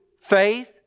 faith